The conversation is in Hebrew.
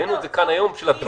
העלינו את זה כאן היום --- בדיוק,